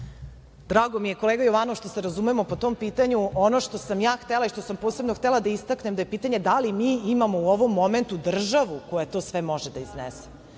Drago mi je kolega Jovanov što se razumemo po tom pitanju. Ono što sam ja htela i što sam posebno htela da istaknem da je pitanje da li mi imamo u ovom momentu državu koja to sve može da iznese.